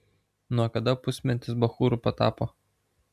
nuo kada pusmentis bachūru patapo